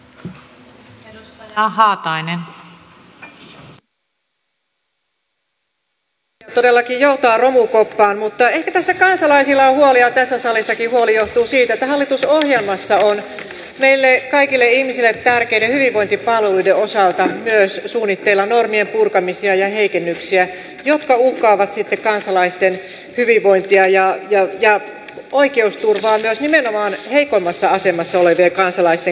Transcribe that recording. turha byrokratia todellakin joutaa romukoppaan mutta ehkä tässä kansalaisilla on huoli ja tässä salissakin huoli johtuu siitä että hallitusohjelmassa on meille kaikille ihmisille tärkeiden hyvinvointipalveluiden osalta myös suunnitteilla normien purkamisia ja heikennyksiä jotka uhkaavat kansalaisten hyvinvointia ja oikeusturvaa nimenomaan heikoimmassa asemassa olevien kansalaisten kohdalla